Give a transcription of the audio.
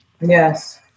Yes